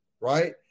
right